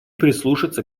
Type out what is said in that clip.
прислушаться